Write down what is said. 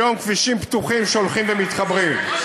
היום אלה כבישים פתוחים שהולכים ומתחברים.